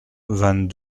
vingt